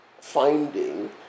finding